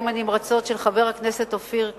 הנמרצות של חבר הכנסת אופיר אקוניס,